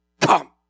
come